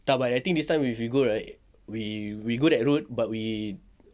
tak but I think this time if we go right we we go that route but we